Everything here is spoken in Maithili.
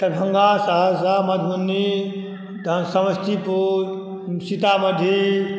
दरभङ्गा सहरसा मधुबनी तहन समस्तीपुर सीतामढ़ी